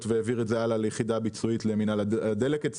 והעביר את זה הלאה ליחידה ביצועית במינהל הדלק.